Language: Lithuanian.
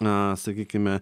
na sakykime